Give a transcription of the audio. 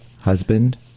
husband